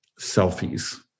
Selfies